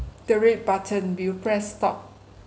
the red button you press stop